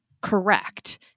correct